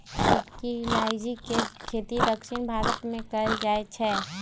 छोटकी इलाइजी के खेती दक्षिण भारत मे कएल जाए छै